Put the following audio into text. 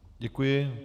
Děkuji.